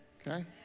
okay